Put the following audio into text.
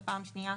ופעם שניה,